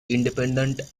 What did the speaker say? independent